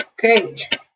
Great